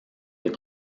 les